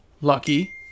lucky